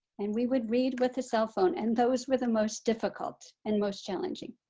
and we would read with the cellphone and those were the most difficult and most challenging.